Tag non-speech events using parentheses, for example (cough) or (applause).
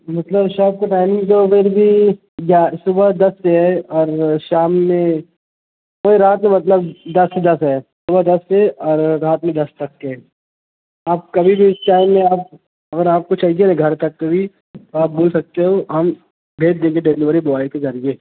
مطلب شاپ کو ٹائمنگ جو (unintelligible) یا صبح دس سے ہے اور شام میں وہی رات میں مطلب دس سے دس ہے صبح دس سے رات میں دس تک کے آپ کبھی بھی اس ٹائم میں آپ اگر آپ کو چاہیے گھر تک بھی آپ بول سکتے ہو ہم بھیج دیں گے ڈلیوری بوائے کے ذریعہ